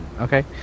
Okay